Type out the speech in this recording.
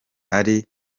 ari